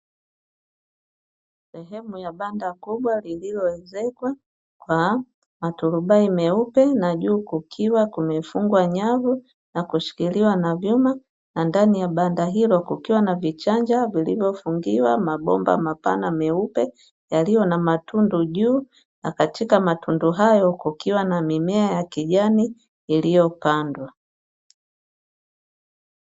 Sehemu ya banda kubwa lililoezekwa kwa maturubai meupe na juu kukiwa kumefungwa nyavu na kushikiliwa na vyuma, na ndani ya banda hilo kukiwa na vichanja vilivyofungiwa mabomba mapana meupe yaliyo na matundu juu na katika matundu hayo, kukiwa na mimea ya kijani iliyopandwa.